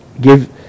give